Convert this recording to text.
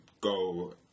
go